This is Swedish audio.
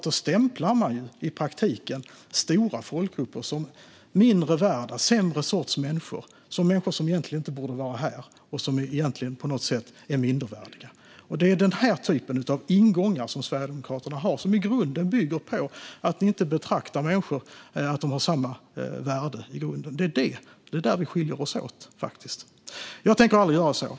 Då stämplar man i praktiken stora folkgrupper som mindre värda, som en sämre sorts människor som egentligen inte borde vara här och som på något sätt är mindervärdiga. Det är denna typ av ingångar som Sverigedemokraterna har, som i grunden bygger på att ni inte anser att människor har samma värde i grunden. Det är där vi skiljer oss åt. Jag tänker aldrig göra så.